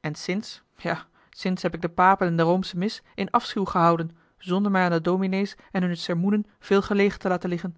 en sinds ja sinds heb ik de papen en de roomsche mis in afschuw gehouden zonder mij aan de domine's en hunne sermoenen veel gelegen te laten liggen